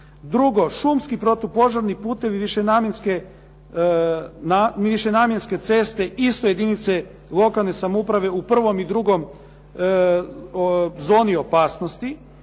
Drugo, šumski protupožarni putovi višenamjenske ceste isto jedinice lokalne samouprave u prvoj i drugoj zoni opasnosti.